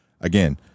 Again